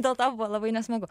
dėl to buvo labai nesmagu